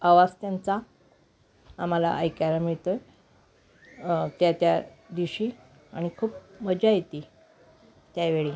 आवाज त्यांचा आम्हाला ऐकायला मिळतो आहे त्या त्या दिवशी आणि खूप मजा येते त्यावेळी